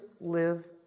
live